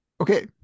Okay